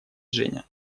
женя